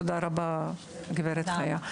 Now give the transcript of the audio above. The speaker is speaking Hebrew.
תודה רבה, חיה.